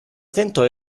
tentò